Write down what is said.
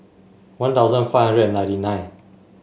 One Thousand five hundred and ninety nine